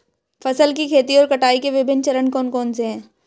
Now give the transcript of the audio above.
फसल की खेती और कटाई के विभिन्न चरण कौन कौनसे हैं?